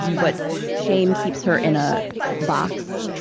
but shame keeps her in a box,